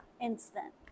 Instant